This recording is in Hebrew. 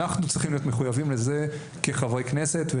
אנחנו צריכים להיות מחויבים לזה כחברי כנסת.